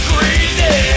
Crazy